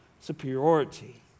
superiority